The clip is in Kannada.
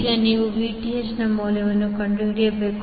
ಈಗ ನೀವು Vth ನ ಮೌಲ್ಯವನ್ನು ಕಂಡುಹಿಡಿಯಬೇಕು